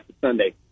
Sunday